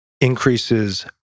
increases